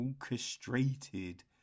orchestrated